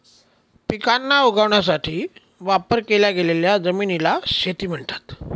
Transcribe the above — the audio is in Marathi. पिकांना उगवण्यासाठी वापर केल्या गेलेल्या जमिनीला शेती म्हणतात